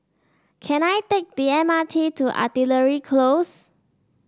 can I take the M R T to Artillery Close